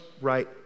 right